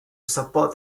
support